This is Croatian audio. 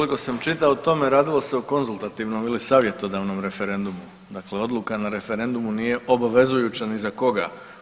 Koliko sam čitao o tome, radilo se o konzultativnom ili savjetodavnom referendumu, dakle odluka na referendumu nije obavezujuća ni za koga.